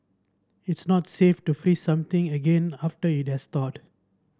it's not safe to freeze something again after it has thawed